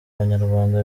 banyarwanda